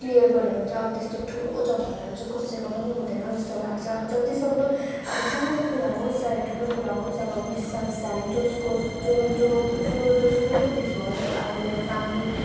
clear गऱ्यो भने चाहिँ अब त्यस्तो ठुलो झगडाहरू चैँ कसैको पनि हुँदैन जस्तो लाग्छ अब जति सक्दो अब सानो कुरा होस् चाहे ठुलो कुरा होस् अब जो सुकैको बिचमा होस् अब आइदर युवर फ्यामेली